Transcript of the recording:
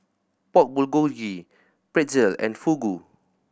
Pork Bulgogi Pretzel and Fugu